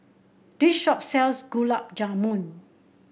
this shop sells Gulab Jamun